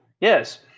Yes